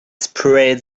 spread